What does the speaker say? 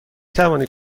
توانید